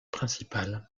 principal